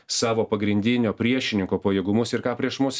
savo pagrindinio priešininko pajėgumus ir ką prieš mus